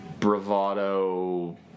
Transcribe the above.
bravado